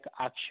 action